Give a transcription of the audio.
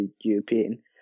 European